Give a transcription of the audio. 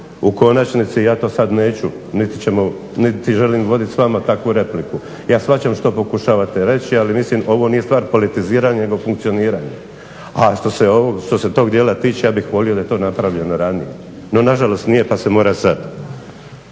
u konačnici ja to sada neću niti želim voditi s vama takvu repliku. Ja shvaćam što pokušavate reći ali ovo nije stvar politiziranja nego funkcioniranja. A što se tog dijela tiče ja bih volio da je to napravljeno ranije. No na žalost nije pa se mora sada.